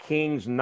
Kings